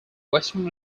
western